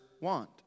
want